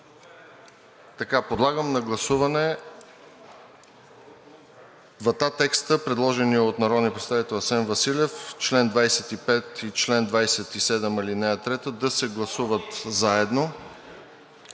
поправка. Подлагам на гласуване двата текста, предложени от народния представител Асен Василев – чл. 25 и чл. 27, ал. 3 да се гласуват заедно.